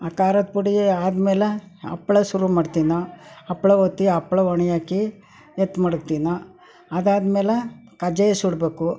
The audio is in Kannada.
ಆ ಖಾರದ ಪುಡಿ ಆದಮೇಲೆ ಹಪ್ಪಳ ಶುರು ಮಾಡ್ತೀವಿ ನಾವು ಹಪ್ಪಳ ಒತ್ತಿ ಹಪ್ಪಳ ಒಣ ಹಾಕಿ ಎತ್ತಿ ಮಡಗ್ತೀವಿ ನಾವು ಅದಾದ್ಮೇಲೆ ಕಜ್ಜಾಯ ಸುಡಬೇಕು